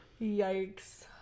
Yikes